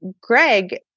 Greg